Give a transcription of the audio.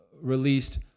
released